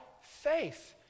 faith